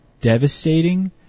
devastating